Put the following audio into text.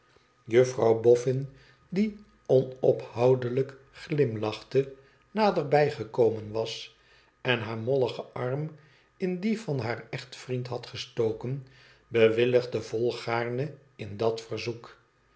jufirouw boffin die onophoudelijk glimlachende naderbij gekomen was en haar molligen arm in dien van haar echtvriend had gestoken bewilligde volgaarne in dat verzoek